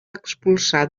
expulsar